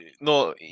no